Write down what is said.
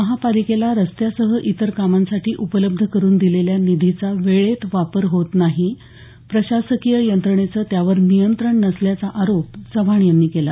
महापालिकेला रस्त्यासह इतर कामांसाठी उपलब्ध करून दिलेल्या निधीचा वेळेत वापर होत नाही प्रशासकीय यंत्रणेचं त्यावर नियंत्रण नसल्याचा आरोप चव्हाण यांनी केला